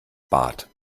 bart